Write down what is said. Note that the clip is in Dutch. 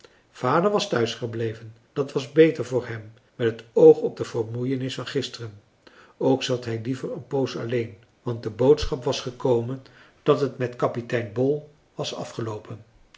vader was thuisgebleven dat was beter voor hem met het oog op de vermoeienis van gisteren ook zat hij liever een poos alleen want de boodschap was gekomen dat het met kapitein bol was afgeloopen